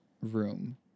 room